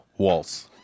waltz